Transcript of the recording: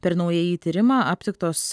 per naująjį tyrimą aptiktos